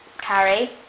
Carrie